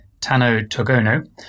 Tano-Togono